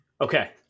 Okay